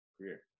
career